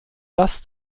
das